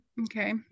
okay